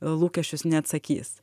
lūkesčius neatsakys